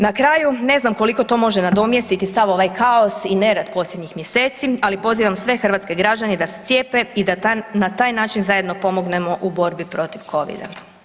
Na kraju, ne znam koliko to može nadomjestiti sav ovaj kaos i nered posljednjih mjeseci, ali pozivam sve hrvatske građane da se cijepe i da na taj način zajedno pomognemo u borbi protiv covida.